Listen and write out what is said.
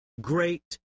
great